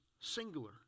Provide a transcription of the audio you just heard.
singular